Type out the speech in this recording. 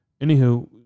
anywho